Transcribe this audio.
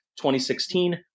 2016